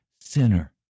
sinner